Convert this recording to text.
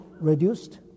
reduced